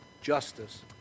justice